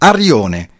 Arione